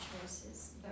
choices